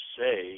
say